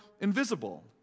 invisible